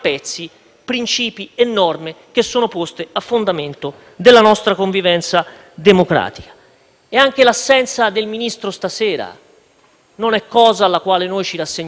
Anche l'assenza del Ministro stasera non è cosa alla quale noi ci rassegniamo con facilità. È un atto, politicamente parlando, sia di pavidità